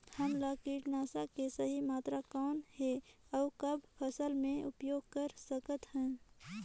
हमला कीटनाशक के सही मात्रा कौन हे अउ कब फसल मे उपयोग कर सकत हन?